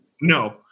No